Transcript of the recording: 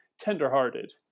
tenderhearted